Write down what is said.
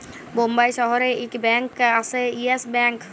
বোম্বাই শহরে ইক ব্যাঙ্ক আসে ইয়েস ব্যাঙ্ক